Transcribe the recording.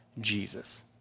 Jesus